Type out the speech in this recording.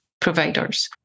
providers